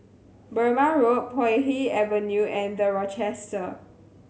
Burmah Road Puay Hee Avenue and The Rochester